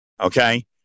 Okay